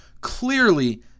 clearly